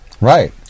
Right